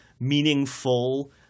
meaningful